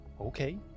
Okay